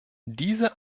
diese